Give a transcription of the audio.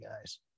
guys